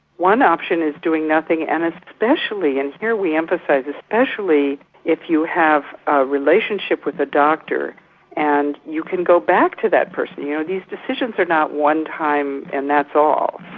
one option is doing nothing and especially, and here we emphasise, especially if you have a relationship with the doctor and you can go back to that person. you know these decisions are not one time and that's all.